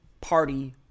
party